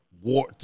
war